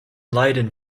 leiden